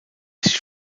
sich